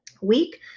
week